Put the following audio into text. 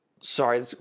sorry